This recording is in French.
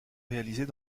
réalisées